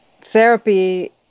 therapy